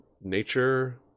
Nature